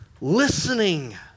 listening